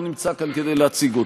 הוא לא נמצא כאן כדי להציג אותה.